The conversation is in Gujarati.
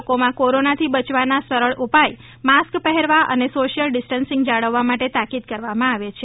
લોકોમાં કોરોનાથી બચવાના સરળ ઉપાય માસ્ક પહેરવા અને સોશિયલ ડિસ્ટનસિંગ જાળવવા માટે તાકીદ કરવામાં આવે છે